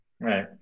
Right